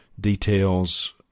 Details